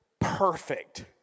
perfect